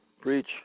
preach